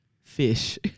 Fish